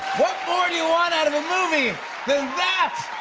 more do you want out of a movie than that?